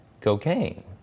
cocaine